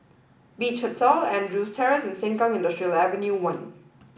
Beach Hotel Andrews Terrace and Sengkang Industrial Ave one